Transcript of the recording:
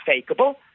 fakeable